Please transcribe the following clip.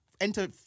enter